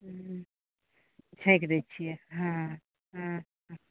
फेकि दै छियै हॅं हॅं हॅं